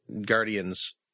guardians